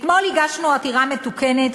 אתמול הגשנו עתירה מתוקנת,